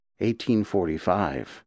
1845